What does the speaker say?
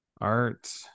art